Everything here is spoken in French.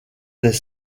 des